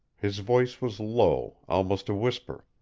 his voice was low, almost a whisper.